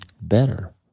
better